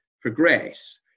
progress